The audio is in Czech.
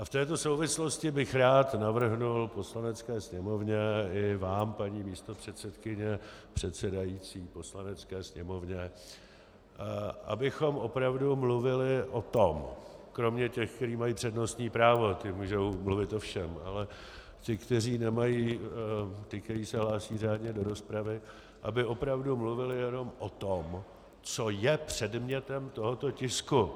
V této souvislosti bych rád navrhl Poslanecké sněmovně i vám, paní místopředsedkyně, předsedající Poslanecké sněmovně, abychom opravdu mluvili o tom kromě těch, kteří mají přednostní právo, ti můžou mluvit o všem ale ti, kteří nemají, ti, kteří se hlásí řádně do rozpravy, aby opravdu mluvili jenom o tom, co je předmětem tohoto tisku.